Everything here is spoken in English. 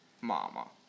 Mama